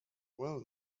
well